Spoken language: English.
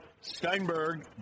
Steinberg